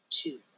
two